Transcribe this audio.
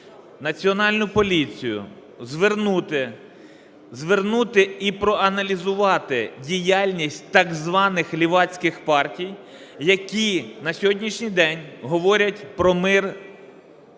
Національну поліцію звернути, звернути і проаналізувати діяльність так званих лівацьких партій, які на сьогоднішній день говорять про мир